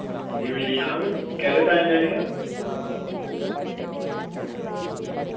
जी मिली जाह्ग केह्दे लेई चाही दियां